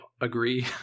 agree